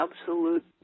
absolute